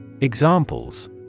Examples